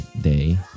Day